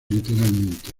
literalmente